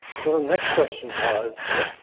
so the next question was,